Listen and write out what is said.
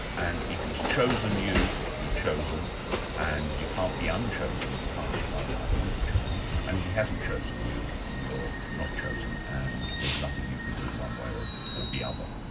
and if he's chosen you, you're chosen and you can't be un-chosen, you can't decide, i don't want to be chosen, and if he hasn't chosen you, you're not chosen and there's nothing you can do one way or or the other.